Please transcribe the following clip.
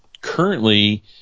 currently